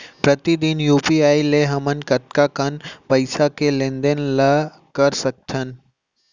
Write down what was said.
प्रतिदन यू.पी.आई ले हमन कतका कन पइसा के लेन देन ल कर सकथन?